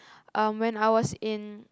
um when I was in